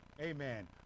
amen